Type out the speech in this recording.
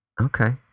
Okay